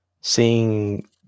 seeing